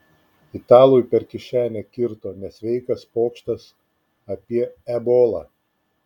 italui per kišenę kirto nesveikas pokštas apie ebolą